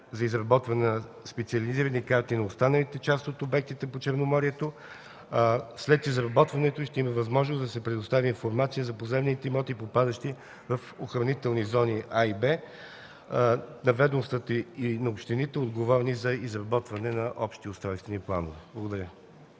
за изработване на специализирани карти на останалите части от обектите по Черноморието. След изработването им ще има възможност да се предостави информация за поземлените имоти, попадащи в охранителни зони А и Б на ведомствата и общините, отговорни за изработване на общи устройствени планове. Благодаря.